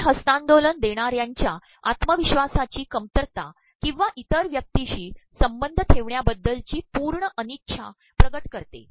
हे हस्त्तांदोलन देणार् यांच्या आत्मप्रवश्वासाची कमतरता ककंवा इतर व्यक्तीशी संबंध ठेवण्याबद्दलची पूणय अतनच्छा िकि करते